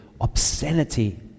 obscenity